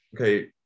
Okay